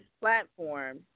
platform